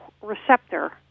receptor